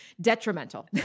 detrimental